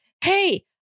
hey